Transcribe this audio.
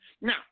Now